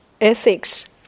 ethics